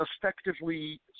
effectively